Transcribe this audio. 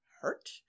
hurt